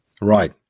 Right